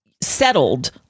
settled